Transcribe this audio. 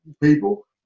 people